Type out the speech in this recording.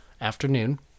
afternoon